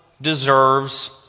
deserves